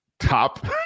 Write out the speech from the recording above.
top